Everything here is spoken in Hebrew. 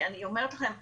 אני אומרת לכם,